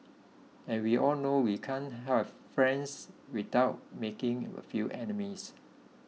and we all know we can't have friends without making a few enemies